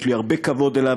ויש לי הרבה כבוד אליו,